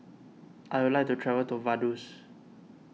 I would like to travel to Vaduz